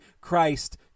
Christ